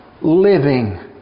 living